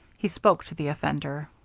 he spoke to the offender